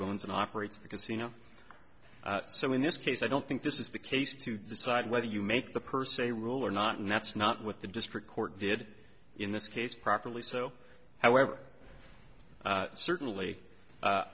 owns and operates the casino so in this case i don't think this is the case to decide whether you make the per se rule or not and that's not what the district court did in this case properly so however certainly